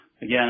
again